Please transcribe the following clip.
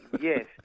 Yes